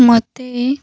ମୋତେ